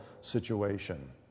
situation